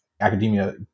academia